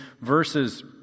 verses